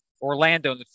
Orlando